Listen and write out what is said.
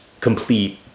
complete